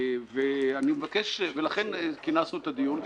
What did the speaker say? לכן כינסנו את הדיון,